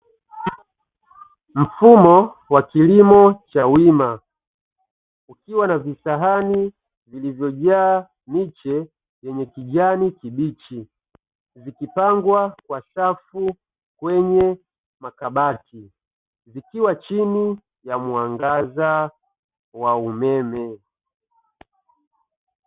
Mfumo wa kilimo cha wima, ukiwa na visahani vilivyojaa miche yenye kijani kibichi, vikipangwa kwa safu kwenye makabati, vikiwa chini ya mwangaza wa umeme.